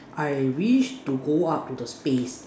I wish to go up to the space